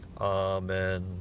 Amen